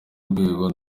rwego